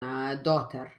daughter